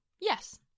yes